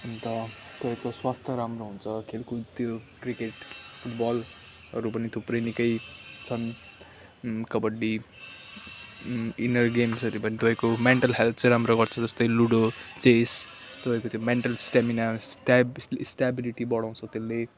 अन्त तपाईँको स्वास्थ्य राम्रो हुन्छ खेलकुद त्यो क्रिकेट बलहरू पनि थुप्रै निकै छन् कबड्डी इनर गेम्सहरू पनि तपाईँको मेन्टल हेल्थ चाहिँ राम्रो गर्छ जस्तो लुड्डो चेस तपाईँको त्यो मेन्टल स्टामिना स्ट्याब स्ट्याबिलिटी बढाउँछ त्यसले